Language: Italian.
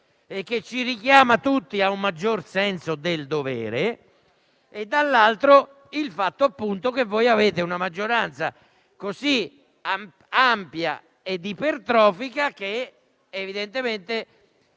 e che ci richiama tutti a un maggior senso del dovere e dall'altro dal fatto che avete una maggioranza così ampia e ipertrofica che evidentemente,